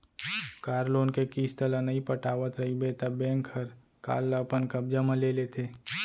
car loan के किस्त ल नइ पटावत रइबे त बेंक हर कार ल अपन कब्जा म ले लेथे